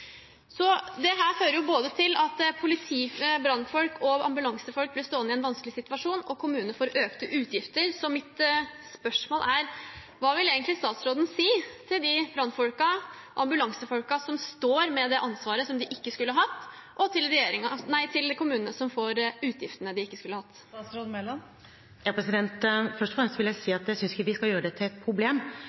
fører både til at politi, brannfolk og ambulansefolk blir stående i en vanskelig situasjon, og til at kommunene får økte utgifter. Så mitt spørsmål er: Hva vil egentlig statsråden si til de brannfolkene og ambulansefolkene som står med et ansvar de ikke skulle hatt, og til kommunene som får utgifter de ikke skulle hatt? Først og fremst vil jeg si at jeg synes ikke man skal gjøre det til et problem